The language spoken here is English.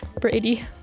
Brady